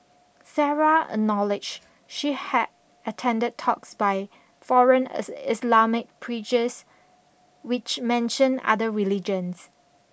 Sarah acknowledged she had attended talks by foreign Islamic preachers which mentioned other religions